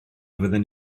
fydden